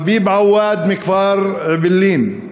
חביב עוואד מכפר אעבלין,